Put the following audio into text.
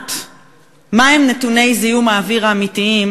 לדעת מה הם נתוני זיהום האוויר האמיתיים,